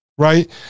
Right